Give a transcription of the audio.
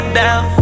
down